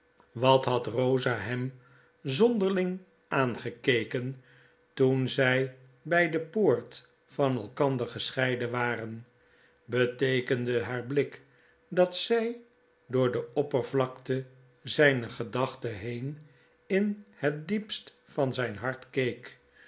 wat had rosa hem zonderling aangekeken toen zy by de poort van elkander gescheiden waren beteekende haar blik dat zij door de oppervlakte zyner gedachten heen in'hetdiepst van zyn hart